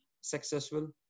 successful